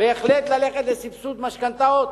בהחלט ללכת לסבסוד משכנתאות,